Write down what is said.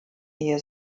ehe